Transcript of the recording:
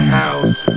house